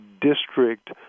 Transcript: district